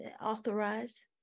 authorize